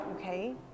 okay